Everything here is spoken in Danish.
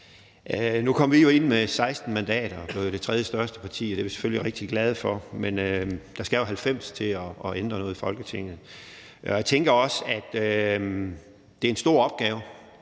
Nu kom vi jo ind med 16 mandater og blev det tredjestørste parti, og det er vi selvfølgelig rigtig glade for, men der skal jo 90 til at ændre noget i Folketinget. Jeg tænker også, at det er en stor opgave.